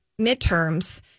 midterms